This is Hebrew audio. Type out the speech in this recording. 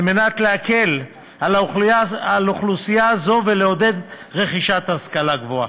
על מנת להקל על אוכלוסייה זו ולעודד רכישת השכלה גבוהה.